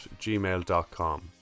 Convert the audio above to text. gmail.com